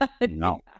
No